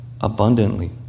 abundantly